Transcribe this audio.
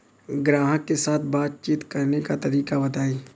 ग्राहक के साथ बातचीत करने का तरीका बताई?